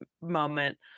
moment